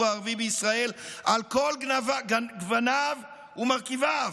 הערבי בישראל על כל גווניו ומרכיביו,